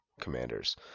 commanders